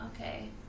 Okay